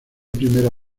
primera